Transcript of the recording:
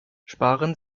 sparen